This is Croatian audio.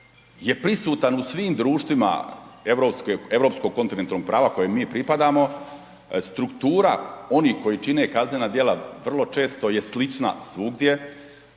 je prisutan u svim društvima europskog kontinentalnog prava kojem mi pripadamo. Struktura onih koji čine kaznena djela vrlo često je slična svugdje,